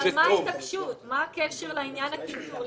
על מה ההתעקשות, מה הקשר לעניין הקנטור?